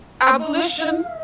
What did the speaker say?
Abolition